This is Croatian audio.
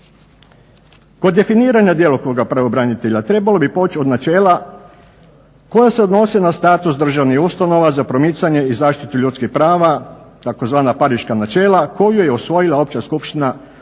Kod definiranja djelokruga pravobranitelja trebalo bi poći od načela koja se odnose na status državnih ustanova za promicanje i zaštitu ljudskih prava tzv. "pariška načela" koju je usvojila Opća skupština UN-a